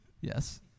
Yes